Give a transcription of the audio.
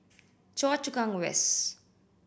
Choa Chu Kang West